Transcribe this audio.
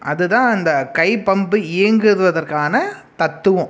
அதுதான் அந்த கைப்பம்பு இயங்குவதற்கான தத்துவம்